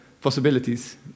possibilities